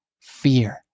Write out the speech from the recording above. fear